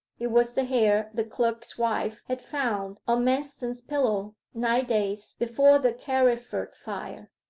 it was the hair the clerk's wife had found on manston's pillow nine days before the carriford fire.